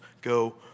go